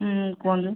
ହୁଁ କୁହନ୍ତୁ